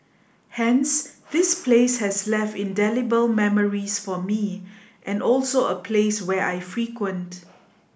hence this place has left indelible memories for me and also a place where I frequent